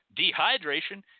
dehydration